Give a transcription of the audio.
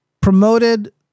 promoted